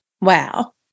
Wow